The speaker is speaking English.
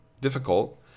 difficult